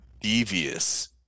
devious